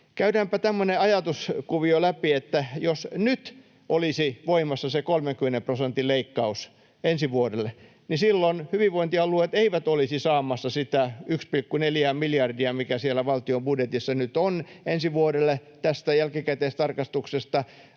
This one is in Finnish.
Käydäänpä tämmöinen ajatuskuvio läpi, että jos nyt olisi voimassa se 30 prosentin leikkaus ensi vuodelle, niin silloin hyvinvointialueet eivät olisi saamassa sitä 1,4:ää miljardia, mikä siellä valtion budjetissa nyt on ensi vuodelle tästä jälkikäteistarkistuksesta